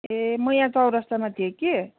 ए म यहाँ चौरस्तामा थिएँ कि